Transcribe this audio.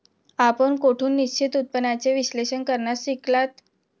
आपण कोठून निश्चित उत्पन्नाचे विश्लेषण करण्यास शिकलात?